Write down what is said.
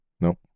Nope